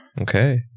Okay